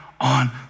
on